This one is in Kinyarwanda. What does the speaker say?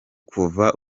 kuva